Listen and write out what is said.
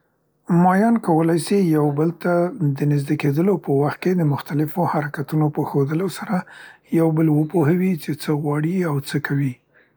مایان کولای سي یو بل ته د نزدې کیدلو په وخت کې د مختلفوحرکتونو په ښودلو سره یو بل وپوهوي څې څه غواړي او څه کوي.